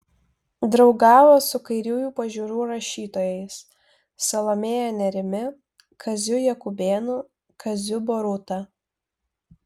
draugavo su kairiųjų pažiūrų rašytojais salomėja nėrimi kaziu jakubėnu kaziu boruta